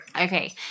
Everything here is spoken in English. Okay